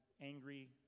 angry